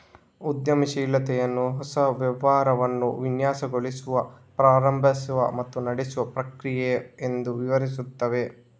ಉದ್ಯಮಶೀಲತೆಯನ್ನು ಹೊಸ ವ್ಯವಹಾರವನ್ನು ವಿನ್ಯಾಸಗೊಳಿಸುವ, ಪ್ರಾರಂಭಿಸುವ ಮತ್ತು ನಡೆಸುವ ಪ್ರಕ್ರಿಯೆ ಎಂದು ವಿವರಿಸುತ್ತವೆ